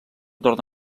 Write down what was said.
torna